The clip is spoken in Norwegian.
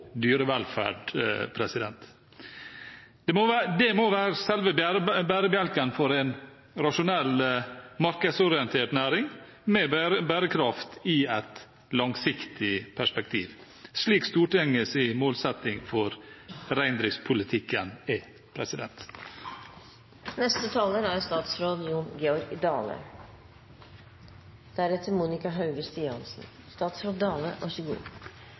dyrevelferd. Det må være selve bærebjelken for en rasjonell, markedsorientert næring med bærekraft i et langsiktig perspektiv, slik Stortingets målsetting for reindriftspolitikken er. Eg er